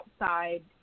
outside